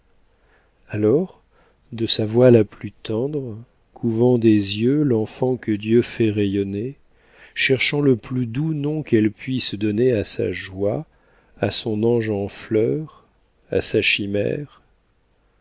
alors de sa voix la plus tendre couvrant des yeux l'enfant que dieu fait rayonner cherchant le plus doux nom qu'elle puisse donner à sa joie à son ange en fleur à sa chimère